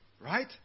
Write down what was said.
Right